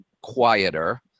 quieter